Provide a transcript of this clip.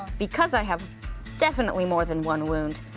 because i have definitely more than one wound,